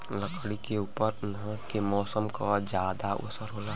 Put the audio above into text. लकड़ी के ऊपर उहाँ के मौसम क जादा असर होला